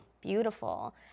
beautiful